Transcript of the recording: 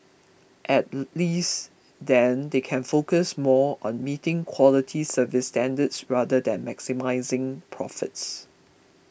at least then they can focus more on meeting quality service standards rather than maximising profits